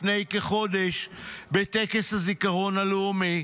לפני כחודש בטקס הזיכרון הלאומי,